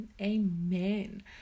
Amen